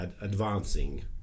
advancing